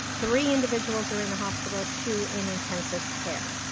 three individuals are in the hospital, two in intensive care.